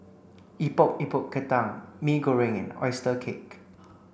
Epok Epok Kentang Mee Goreng and oyster cake